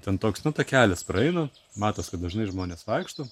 ten toks nu takelis praeina matos kad dažnai žmonės vaikšto